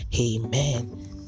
amen